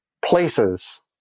places